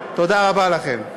תודה רבה לכם.